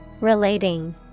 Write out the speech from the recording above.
Relating